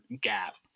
gap